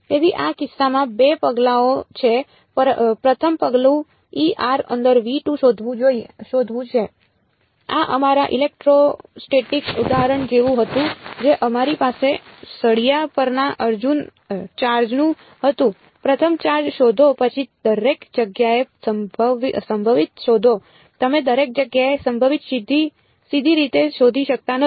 તેથી આ કિસ્સામાં 2 પગલાંઓ છે પ્રથમ પગલું અંદર શોધવું છે આ અમારા ઇલેક્ટ્રોસ્ટેટિક ઉદાહરણ જેવું હતું જે અમારી પાસે સળિયા પરના ચાર્જનું હતું પ્રથમ ચાર્જ શોધો પછી દરેક જગ્યાએ સંભવિત શોધો તમે દરેક જગ્યાએ સંભવિત સીધી રીતે શોધી શકતા નથી